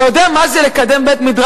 אתה יודע מה זה לקדם בית-מדרש,